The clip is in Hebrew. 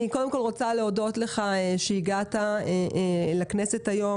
אני רוצה להודות לך על שהגעת לכנסת היום